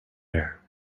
air